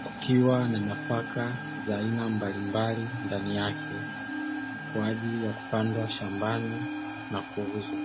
kukiwa na nafaka za aina mbalimbali ndani yake kwa ajili ya kupandwa shambani na kuuzwa.